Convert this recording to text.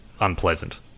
unpleasant